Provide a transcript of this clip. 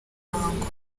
muhango